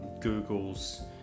Google's